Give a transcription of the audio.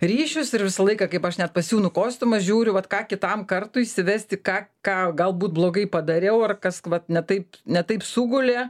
ryšius ir visą laiką kaip aš net pasiūnu kostiumą žiūriu vat ką kitam kartui įsivesti ką ką galbūt blogai padariau ar kas vat ne taip ne taip sugulė